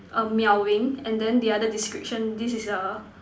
err meowing and then the other description this is a